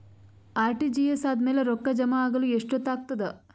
RTGS ಆದ್ಮೇಲೆ ರೊಕ್ಕ ಜಮಾ ಆಗಲು ಎಷ್ಟೊತ್ ಆಗತದ?